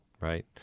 right